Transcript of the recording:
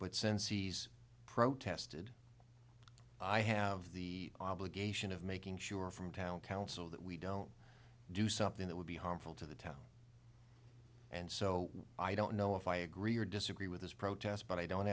senseis protested i have the obligation of making sure from town council that we don't do something that would be harmful to the town and so i don't know if i agree or disagree with this protest but i don't